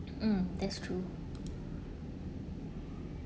mm that's true